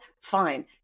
fine